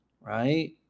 right